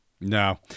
No